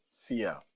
fear